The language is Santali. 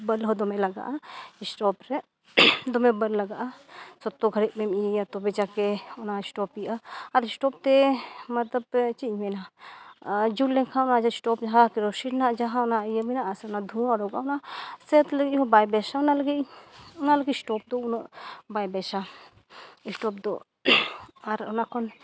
ᱵᱟᱞᱩᱦᱚᱸ ᱫᱚᱢᱮ ᱞᱟᱜᱟᱜᱼᱟ ᱥᱴᱳᱵᱷᱨᱮ ᱫᱚᱢᱮ ᱵᱟᱞᱩ ᱞᱟᱜᱟᱜᱼᱟ ᱥᱚᱠᱛᱚ ᱜᱷᱟᱲᱤᱡ ᱮᱢ ᱤᱭᱟᱹᱭᱟ ᱛᱚᱵᱮᱡᱟᱠᱮ ᱚᱱᱟ ᱥᱴᱳᱵᱷ ᱤᱭᱟᱹᱜᱼᱟ ᱟᱨ ᱥᱴᱳᱵᱷᱛᱮ ᱢᱚᱛᱞᱚᱵ ᱪᱮᱫ ᱤᱧ ᱢᱮᱱᱟ ᱡᱩᱞ ᱞᱮᱠᱷᱟᱱ ᱢᱟ ᱥᱴᱳᱵᱷ ᱡᱟᱦᱟᱸ ᱠᱮᱨᱳᱥᱤᱱ ᱨᱮᱱᱟᱜ ᱡᱟᱦᱟᱸ ᱚᱱᱟ ᱤᱭᱟᱹ ᱢᱮᱱᱟᱜᱼᱟ ᱥᱮ ᱚᱱᱟ ᱫᱷᱩᱸᱣᱟ ᱚᱰᱚᱠᱚᱜᱼᱟ ᱚᱱᱟ ᱥᱮᱯ ᱞᱟᱹᱜᱤᱫ ᱦᱚᱸ ᱵᱟᱭ ᱵᱮᱥᱟ ᱚᱱᱟ ᱞᱟᱹᱜᱤᱫ ᱤᱧ ᱚᱱᱟᱞᱟᱹᱜᱤᱫ ᱥᱴᱳᱵᱷ ᱫᱚ ᱩᱱᱟᱹᱜ ᱵᱟᱭ ᱵᱮᱥᱟ ᱥᱴᱳᱵᱷ ᱫᱚ ᱟᱨ ᱚᱱᱟᱠᱷᱚᱱ